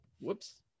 whoops